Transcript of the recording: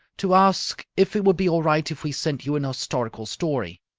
to ask if it would be all right if we sent you an historical story.